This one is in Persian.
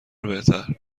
بهتر